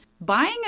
Buying